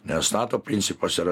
nes nato principas yra